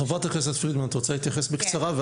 חברת הכנסת פרידמן, את רוצה להתייחס בקצרה?